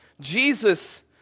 Jesus